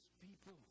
people